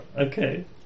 Okay